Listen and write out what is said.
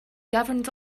governs